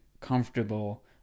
comfortable